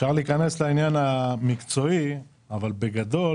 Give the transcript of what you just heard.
אפשר להיכנס לעניין המקצועי, אבל בגדול